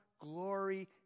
glory